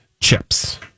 Chips